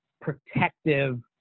protective